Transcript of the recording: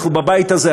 אנחנו בבית הזה,